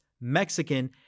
Mexican